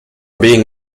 being